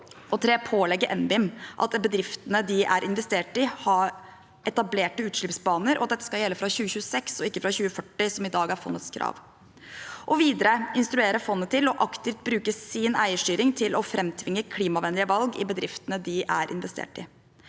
3. pålegge NBIM at bedriftene de er investert i, har etablerte utslippsbaner, og at dette skal gjelde fra 2026, og ikke fra 2040, som i dag er fondets krav Videre foreslår vi at man instruerer fondet til aktivt å bruke sin eierstyring til å framtvinge klimavennlige valg i bedriftene som fondet er investert i.